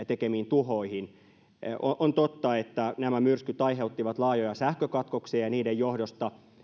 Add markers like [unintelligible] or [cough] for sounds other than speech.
[unintelligible] tekemiin tuhoihin niin on totta että nämä myrskyt aiheuttivat laajoja sähkökatkoksia ja niiden johdosta